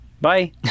Bye